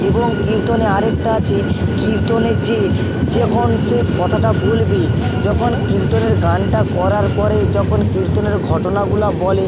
এবং কীর্তনে আরেকটা আছে কীর্তনের যে যেখন সে কথাটা বলবে যখন কীর্তনের গানটা করার পরে যখন কীর্তনের ঘটনাগুলো বলে